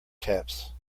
taps